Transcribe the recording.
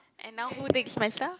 and now who takes my stuff